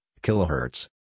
kilohertz